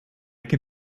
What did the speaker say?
can